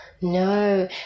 no